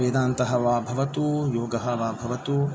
वेदान्तः वा भवतु योगः वा भवतु